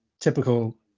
typical